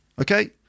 Okay